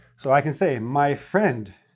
so i can say my friend